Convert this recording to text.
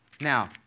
Now